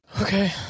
Okay